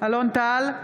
אלון טל,